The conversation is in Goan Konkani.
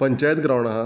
पंचायत ग्रावंड आहा